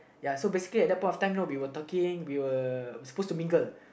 ya so basically at that point of time know we were talking we were supposed to mingle